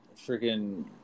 freaking